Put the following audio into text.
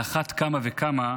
על אחת כמה וכמה